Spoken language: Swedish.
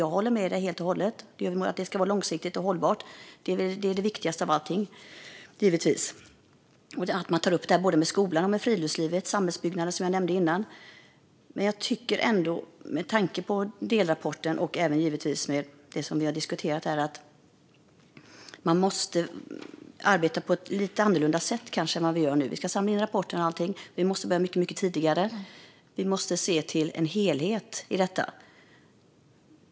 Jag håller med dig helt och hållet om att det ska vara långsiktigt och hållbart. Det är givetvis det viktigaste av allting - och att man tar upp det här med skolan, friluftslivet och samhällsbyggnaden, som jag nämnde innan. Men med tanke på delrapporten och det som vi har diskuterat här tycker jag ändå att man kanske måste arbeta på ett lite annorlunda sätt än vad vi gör nu. Vi ska samla in rapporten och allting. Men vi måste börja mycket tidigare. Vi måste se en helhet i detta.